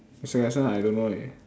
mister Ganesan I don't know leh